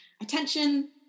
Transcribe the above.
attention